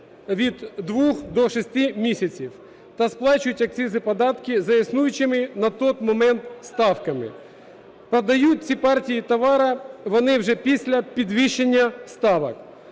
від 2 до 6 місяців та сплачують акцизи, податки за існуючими на той момент ставками. Продають ці партії товару вони вже після підвищення ставок,